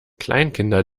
kleinkinder